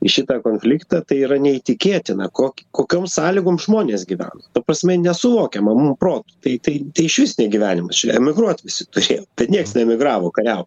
į šitą konfliktą tai yra neįtikėtina kok kokiom sąlygom žmonės gyveno ta prasme nesuvokiama mum protu tai tai išvis ne gyvenimas čia emigruot visi turėjo nieks neemigravo kariavo